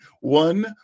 one